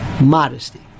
modesty